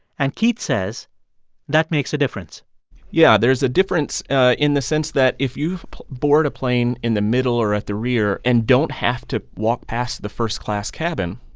and keith says that makes a difference yeah, there's a difference in the sense that, if you board a plane in the middle or at the rear and don't have to walk past the first class cabin,